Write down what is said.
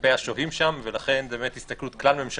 כלפי השוהים שם, ולכן זו הסתכלות כלל ממשלתית.